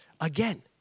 Again